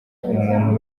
umuntu